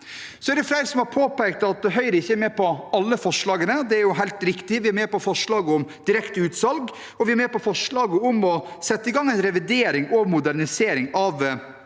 Det er flere som har påpekt at Høyre ikke er med på alle forslagene, og det er helt riktig. Vi er med på forslaget om direkteutsalg, og vi er med på forslaget om å sette i gang en revidering og modernisering av